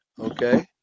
Okay